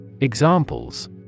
Examples